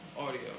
audio